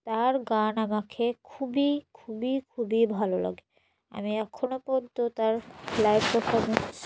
তার গান আমাকে খুবই খুবই খুবই ভালো লাগে আমি এখনও পর্যন্ত তার লাইভ পারফরম্যান্স